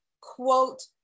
quote